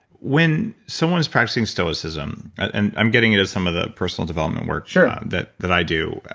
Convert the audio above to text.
when someone is practicing stoicism. and i'm getting into some of the personal development work sure. that that i do,